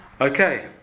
Okay